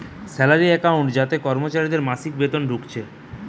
salary account যাতে কর্মচারীদের মাসিক বেতন ঢুকতিছে